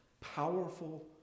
powerful